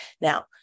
Now